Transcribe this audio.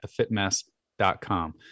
thefitmess.com